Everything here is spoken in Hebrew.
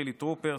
חילי טרופר,